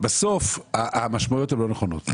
בסוף המשמעויות הן לא נכונות.